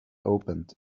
opened